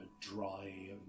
dry